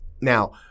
Now